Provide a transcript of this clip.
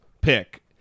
pick